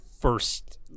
first